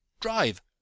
Drive